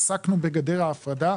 עסקנו בגדר ההפרדה,